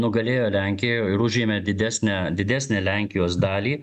nugalėjo lenkiją ir užėmė didesnę didesnę lenkijos dalį